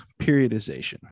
periodization